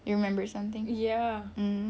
you remember something mmhmm